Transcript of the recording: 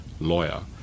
lawyer